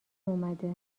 اومده